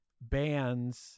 bands